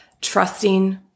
trusting